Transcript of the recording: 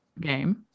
game